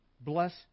Bless